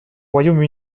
royaume